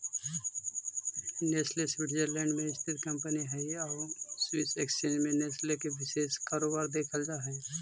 Nestle Switzerland में स्थित company हइ आउ स्विस एक्सचेंज में नेस्ले के विशेष कारोबार देखल जा हइ